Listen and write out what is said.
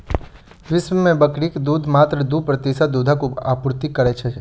विश्व मे बकरीक दूध मात्र दू प्रतिशत दूधक आपूर्ति करैत अछि